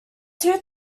two